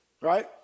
right